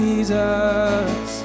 Jesus